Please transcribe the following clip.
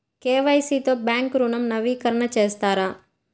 KYC తో bank ఋణం నవీకరణ చేస్తారా?